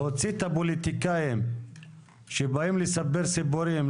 להוציא את הפוליטיקאים שבאים לספר סיפורים,